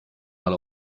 mal